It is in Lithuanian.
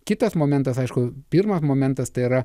kitas momentas aišku pirmas momentas tai yra